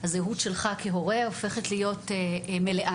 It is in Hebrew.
הזהות שלך כהורה הופכת להיות מלאה,